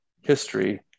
history